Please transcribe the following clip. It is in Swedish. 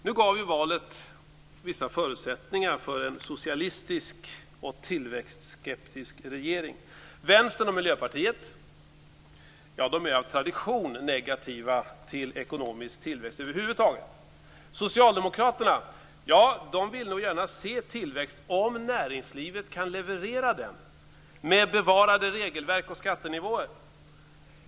Nu gav valet vissa förutsättningar för en socialistisk och tillväxtskeptisk regering. Vänstern och Miljöpartiet är av tradition negativa till ekonomisk tillväxt över huvud taget. Socialdemokraterna vill nog gärna se tillväxt om näringslivet kan leverera den med bevarade regelverk och skattenivåer.